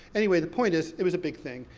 anyway the point is, it was a big thing.